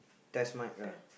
test mic ah